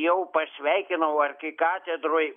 jau pasveikinau arkikatedroj